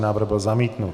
Návrh byl zamítnut.